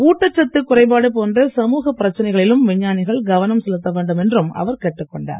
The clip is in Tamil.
ஊட்டச் சத்துக் குறைபாடு போன்ற சமூக பிரச்சனைகளிலும் விஞ்ஞானிகள் கவனம் செலுத்த வேண்டும் என்றும் அவர் கேட்டுக் கொண்டார்